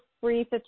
free